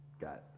got